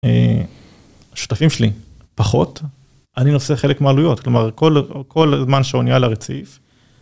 שותפים שלי פחות, אני נושא חלק מעלויות, כלומר כל זמן שהאונייה על הרציף.